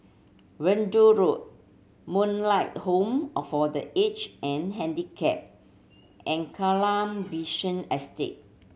Verdun Road Moonlight Home all for The Aged and Handicapped and Kallang Basin Estate